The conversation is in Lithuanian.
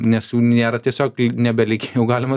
nes jų nėra tiesiog nebelikę jau galima